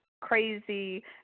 crazy